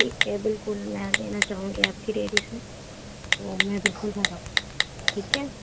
ٹھیک ہے بالکل میں لینا چاہوں گی آپ کی ڈیری سے تو میں بالکل بعد آؤں گی ٹھیک ہے